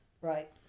Right